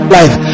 life